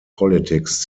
politics